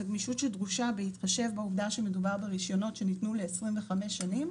הגמישות הדרושה בהתחשב בעובדה שמדובר ברישיונות שניתנו ל-25 שנים,